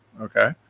okay